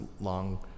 long